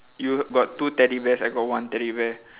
you got two teddy bears I got one teddy bear